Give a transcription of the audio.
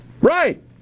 Right